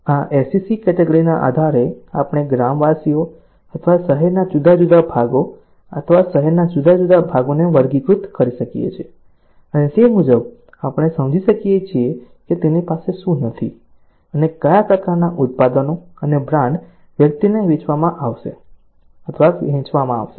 આ SEC કેટેગરીના આધારે આપણે ગ્રામવાસીઓ અથવા શહેરના જુદા જુદા ભાગો અથવા શહેરના જુદા જુદા ભાગોને વર્ગીકૃત કરી શકીએ છીએ અને તે મુજબ આપણે સમજી શકીએ છીએ કે તેની પાસે શું નથી અને કયા પ્રકારનાં ઉત્પાદનો અને બ્રાન્ડ વ્યક્તિને વેચવામાં આવશે અથવા વેચવામાં આવશે